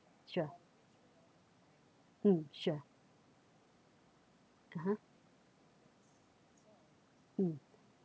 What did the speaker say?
sure mm sure ah ha mm